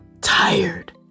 tired